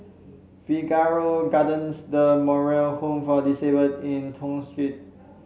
Figaro Gardens The Moral Home for Disabled and Toh Street